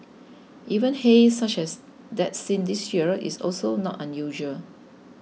even haze such as that seen this year is also not unusual